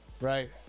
Right